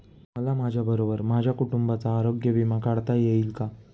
मला माझ्याबरोबर माझ्या कुटुंबाचा आरोग्य विमा काढता येईल का?